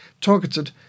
targeted